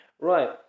right